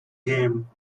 game